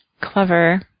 Clever